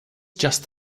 just